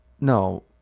no